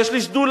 יש לי שדולה.